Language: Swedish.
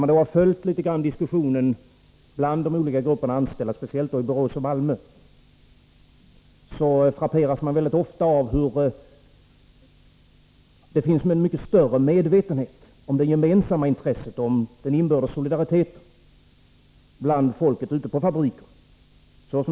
Den som emellertid har följt diskussionen bland olika grupper av anställda, speciellt i Borås och Malmö, frapperas ofta av den mycket större medvetenheten om de gemensamma intressena, om den inbördes Nr 55 solidariteten bland folket ute på fabrikerna.